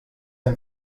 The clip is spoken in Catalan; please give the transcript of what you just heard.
hem